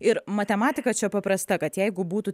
ir matematika čia paprasta kad jeigu būtų